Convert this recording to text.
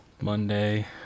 Monday